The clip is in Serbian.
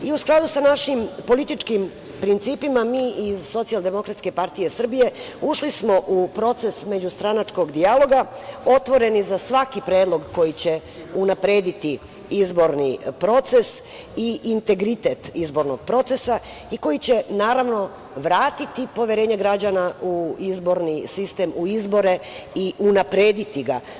U skladu sa našim političkim principima, mi iz SDPS ušli smo u proces međustranačkog dijaloga, otvoreni za svaki predlog koji će unaprediti izborni i proces i integritet izbornog procesa i koji će vratiti poverenje građana u izborni sistem, u izbore i unaprediti ga.